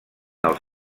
els